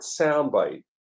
soundbite